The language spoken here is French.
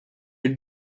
elle